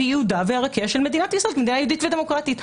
ייעודה וערכיה של מדינת ישראל כמדינה יהודית ודמוקרטית.